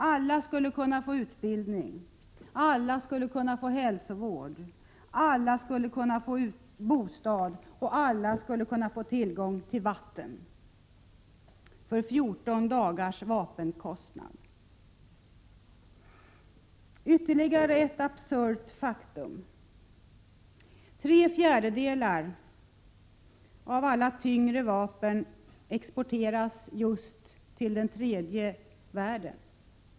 Alla skulle kunna få utbildning, alla skulle kunna få hälsovård, alla skulle kunna få bostad, och alla skulle kunna få tillgång till vatten — för 14 dagars vapenkostnad! Låt mig nämna ytterligare ett absurt faktum. Tre fjärdedelar av alla tyngre vapen exporteras just till den tredje världen.